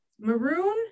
maroon